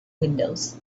windows